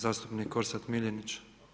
Zastupnik Orsat Miljenić.